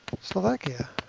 Slovakia